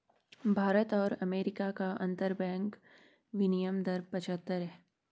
भारत और अमेरिका का अंतरबैंक विनियम दर पचहत्तर है